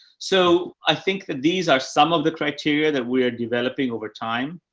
so i think that these are some of the criteria that we're developing over time.